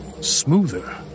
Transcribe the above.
smoother